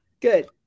Good